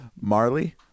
Marley